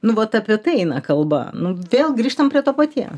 nu vat apie tai eina kalba nu vėl grįžtam prie to patie